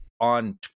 on